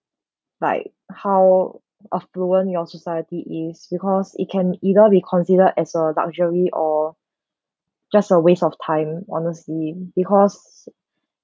like how affluent your society is because it can either be considered as a luxury or just a waste of time honestly because